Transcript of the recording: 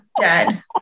Dead